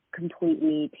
completely